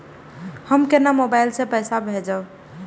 हम केना मोबाइल से पैसा भेजब?